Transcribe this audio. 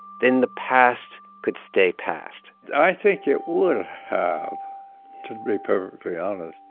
then the past could stay past i think it would have to be perfectly honest